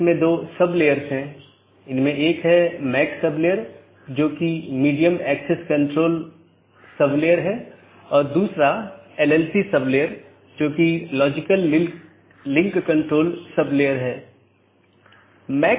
तो यह AS संख्याओं का एक सेट या अनुक्रमिक सेट है जो नेटवर्क के भीतर इस राउटिंग की अनुमति देता है